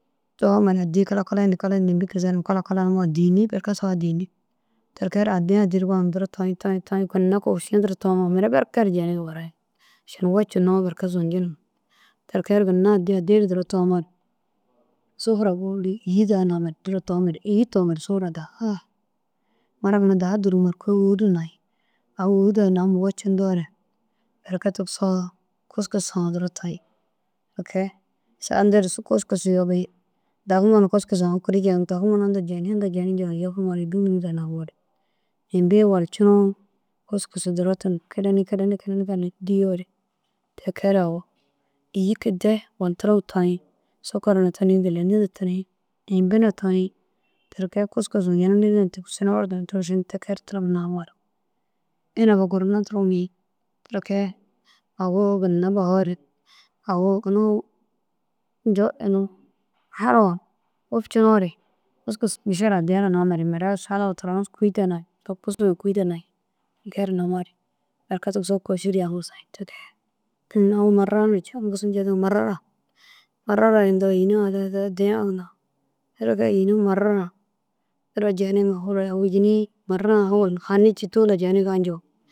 Toomare addi kalakayindu imbi kizeyindu kalakalanumoo dînni berke saga dînni. Ti kee addi addi ru gonum duro toyiĩ toyiĩ toyiĩ ginna kîšiya duro toomoore mire berker jeniĩge buranig. Šeni wocinnoo berke zuncinig ti kee ru ginna addi addi ru duro toomoore sufura bôli îyii daha namare duro toomare îyi toomoore sufura daha mura ginna daha dûrumoore kôi wôwura nayĩ. Au wôwu daha nam wocindoore berke tigisoo kûskusu duro toyĩ. Ti kee saga nder kûskusu yobiĩ dagimoo na kûskusu aũ kuiri jeyinig dagumoo na inda jenig. Inda jenii njona yobumoore imbi wîni daha nayĩ. Imbi waljinoo kûskusu duro tunum keleniĩ keleniĩ keleniĩ keleniĩ gali dîyoore ti kee ru awu îyi kidde gonum duro toyiĩ. Sukar na tuniĩ gîleni na tuniĩ imbi na toyiĩ ti kee kûskusu yenim nîri na tigisinni orduna tigisinni. Ti kee ru tirim nayoore. Iniba gurima duro mûyiĩ awu ginna bahoore awu unu saluwa wopcinoore kûskusu isara addiya daha namare mire saluwa turon kûyi da nayiĩ ti kee namoore berke tigisoo kôširu jaŋim soyiĩ. Ti kee unnu marara cûu gisi njenoo « marara marara » yindoo yîna addi addiya ginna yîni marara duro jeniŋa marara ôwolu hani cîtoo inta jeniga njoo.